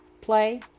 play